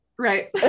Right